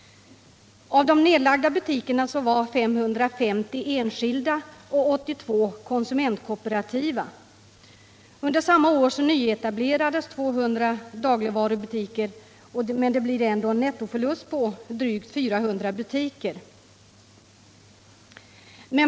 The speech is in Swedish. Av de nedlagda butikerna var 550 enskilda och 82 konsumentkooperativa. Under samma år nyetablerades 200 dagligvarubutiker, men det blir ändå en nettoförlust på drygt 400 butiker.